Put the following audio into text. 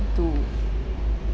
to